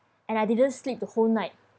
and I didn't sleep the whole night